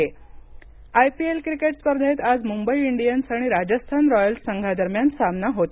IPL IPL cricket स्पर्धेत आज Mumbai Indians आणि राजस्थान रॉयल्स संघांदरम्यान सामना होत